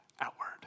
outward